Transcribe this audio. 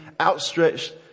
outstretched